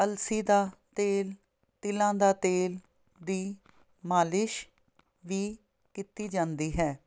ਅਲਸੀ ਦਾ ਤੇਲ ਤਿਲਾਂ ਦਾ ਤੇਲ ਦੀ ਮਾਲਿਸ਼ ਵੀ ਕੀਤੀ ਜਾਂਦੀ ਹੈ